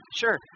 sure